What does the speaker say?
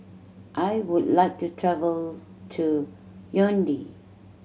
I would like to travel to Yaounde